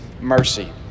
mercy